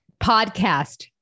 podcast